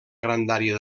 grandària